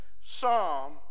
Psalm